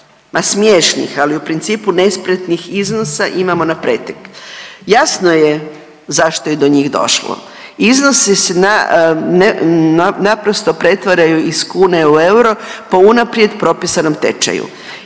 ma smiješnih, ali u principu nespretnih iznosa imamo na pretek. Jasno je zašto je do njih došlo. Iznosi se naprosto pretvaraju iz kune u euro po unaprijed propisanom tečaju